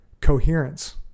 coherence